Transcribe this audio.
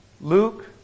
Luke